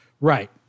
Right